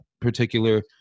particular